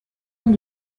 ont